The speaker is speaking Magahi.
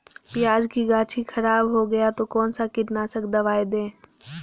प्याज की गाछी खराब हो गया तो कौन सा कीटनाशक दवाएं दे?